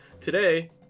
Today